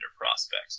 prospect